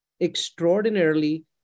extraordinarily